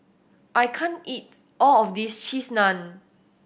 I can't eat all of this Cheese Naan